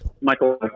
Michael